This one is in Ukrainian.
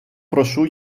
прошу